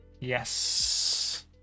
Yes